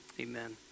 amen